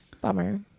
bummer